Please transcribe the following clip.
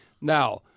now